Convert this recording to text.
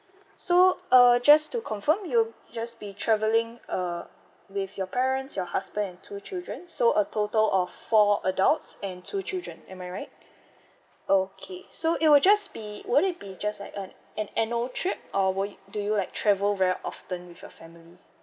so uh just to confirm you'll just be travelling uh with your parents your husband and two children so a total of four adults and two children am I right okay so it will just be would it be just like an an annual trip or will do you like travel very often with your family